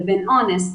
לבין אונס?